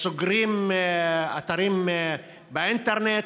סוגרים אתרים באינטרנט,